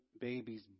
babies